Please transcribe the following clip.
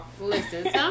Listen